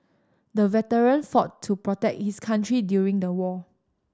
the veteran fought to protect his country during the war